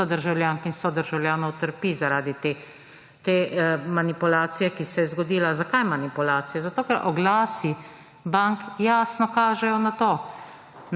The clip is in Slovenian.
sodržavljank in sodržavljanov ‒, trpi zaradi te manipulacije, ki se je zgodila. Zakaj manipulacija? Zaradi tega, ker oglasi bank jasno kažejo na to.